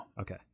Okay